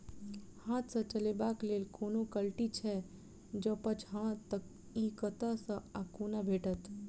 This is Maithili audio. हाथ सऽ चलेबाक लेल कोनों कल्टी छै, जौंपच हाँ तऽ, इ कतह सऽ आ कोना भेटत?